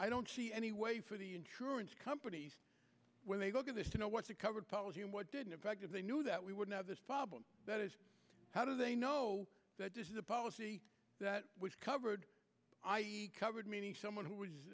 i don't see any way for the insurance companies when they go to this to know what's a covered policy and what did in fact that they knew that we wouldn't have this problem that is how do they know that this is a policy that was covered covered meaning someone who